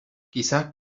quizá